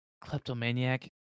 Kleptomaniac